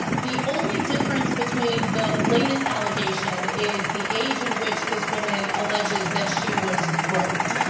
ah the only difference between the latest allegation is the age at which this woman alleges that she was groped.